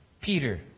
Peter